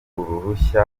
uruhushya